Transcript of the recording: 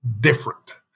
different